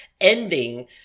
ending